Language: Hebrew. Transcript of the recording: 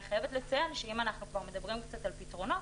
אני חייבת לציין שאם אנחנו כבר מדברים קצת על פתרונות